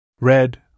Red